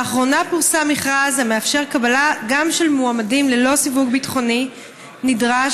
לאחרונה פורסם מכרז המאפשר קבלה גם של מועמדים ללא סיווג ביטחוני נדרש,